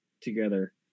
together